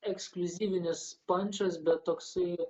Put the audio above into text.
ekskliuzyvinis pančas bet toksai